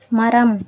மரம்